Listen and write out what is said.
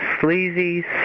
sleazy